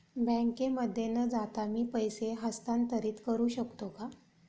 बँकेमध्ये न जाता मी पैसे हस्तांतरित करू शकतो का?